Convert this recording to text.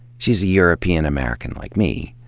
she's a european american like me.